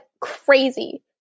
crazy